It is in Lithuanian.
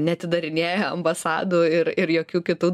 neatidarinėja ambasadų ir ir jokių kitų